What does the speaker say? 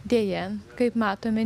deja kaip matome